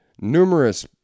numerous